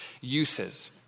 uses